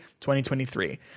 2023